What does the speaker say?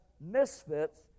misfits